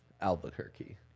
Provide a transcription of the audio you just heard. albuquerque